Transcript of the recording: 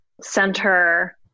center